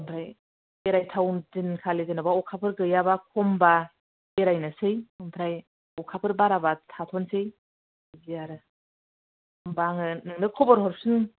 आमफ्राय बेरायथाव दिनखालि जेन'बा अखाफोर गैयाब्ला होमब्ला बेरायनोसै आमफ्राय अखाफोर बाराब्ला थाथ'नोसै बिदि आरो होमब्ला आङो नेंनो खबर हरफिनगोन